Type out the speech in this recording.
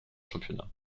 championnat